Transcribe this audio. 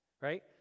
right